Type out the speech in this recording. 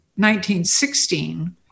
1916